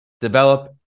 develop